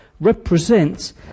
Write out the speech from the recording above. represents